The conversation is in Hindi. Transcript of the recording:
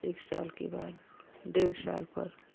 एक साल के बाद डेढ़ शाल पर